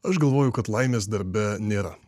aš galvoju kad laimės darbe nėra